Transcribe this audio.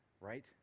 Right